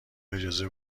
اجازه